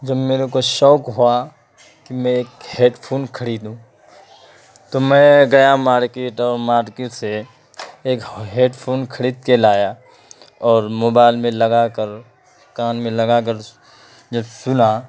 جب میرے کو شوق ہوا کہ میں ایک ہیڈ فون خریدوں تو میں گیا مارکیٹ اور مارکیٹ سے ایک ہیڈ فون خرید کے لایا اور موبائل میں لگا کر کان میں لگا کر جب سنا